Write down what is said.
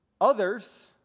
Others